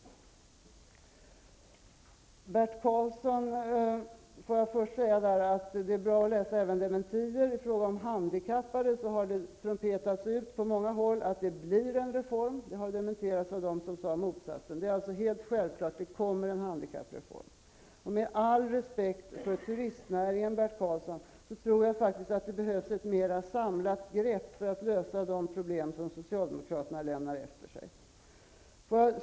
Till Bert Karlsson vill jag först säga att det är bra att läsa även dementier. I fråga om handikappade har det trumpetats ut på många håll att det blir en reform. Det har dementerats av dem som sade motsatsen. Det är alltså helt självklart att det kommer en handikappreform. Med all respekt för turistnäringen, Bert Karlsson, tror jag faktiskt att det behövs ett mer samlat grepp för att lösa de problem som socialdemokraterna har lämnat efter sig.